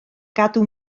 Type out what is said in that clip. gadw